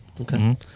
Okay